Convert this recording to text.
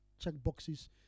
checkboxes